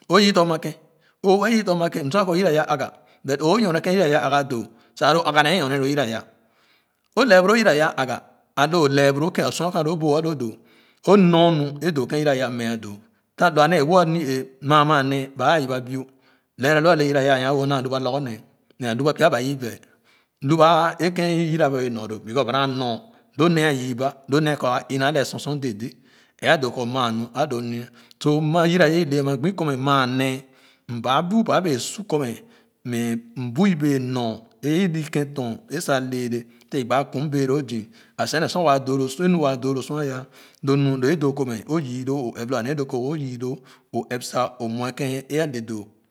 O yii tɔ ma kèn o we yii tɔ ma kèn n sua kɔ yira yah aga but o wɛɛ nyor ne kèn yira yah aga doo sa alo aga nee nyor ne loo yira yah o le boro yira yah a aga a lo laa boro o sua kèn a lo boo a lo doo o nyor nu e doo kèn yira ya mcah doo tah lo a nee wo a ni-ee maa maa nee ba aa yii ba bii lɛɛra lo a le yira yah naa lu ba lorgor nee mɛ a lu ba lo nee a kɔ a ina a sor sor dè dé ɛɛ doo kɔ maa nu a doo nini ah so maa yira yah ile ama gbi kɔ maa nee mba bu ba é bee su kɔ mɛ m bui bee nyor e ini kèn ton é sa lɛɛlɛ sa i gbaa kum bee loo zii a siga ne sor waa é nu waa doo lo sor a yah lo nu lo é doo kɔ mɛ o yii loo o ɛp sa o nwe kèn é a le doo.